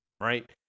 Right